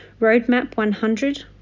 ROADMAP100